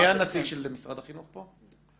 מי הנציג של משרד החינוך פה?